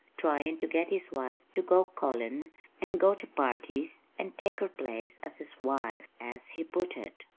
tryin' to get his wife to go callin' and go to parties and take her place as his wife, as he put it.